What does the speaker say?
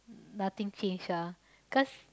nothing change ah cause